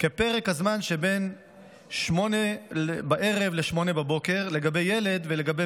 כפרק הזמן שבין 20:00 ובין 08:00 לגבי ילד ולגבי